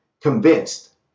convinced